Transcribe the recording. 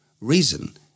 Reason